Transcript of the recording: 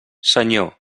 senyor